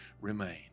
remain